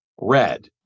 red